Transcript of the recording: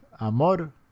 Amor